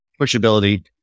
pushability